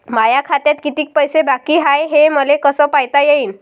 माया खात्यात कितीक पैसे बाकी हाय हे मले कस पायता येईन?